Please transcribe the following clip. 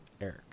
eric